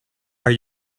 are